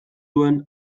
duen